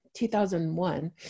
2001